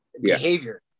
behavior